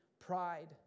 pride